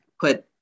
put